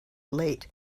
late